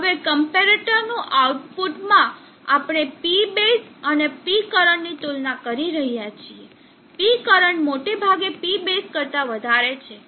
હવે ક્મ્પેરેટર નું આઉટપુટમાં આપણે P બેઝ અને P કરંટની તુલના કરી રહ્યા છીએ P કરંટ મોટાભાગે P બેઝ કરતા વધારે છે